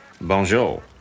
Bonjour